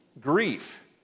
grief